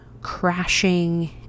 crashing